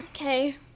Okay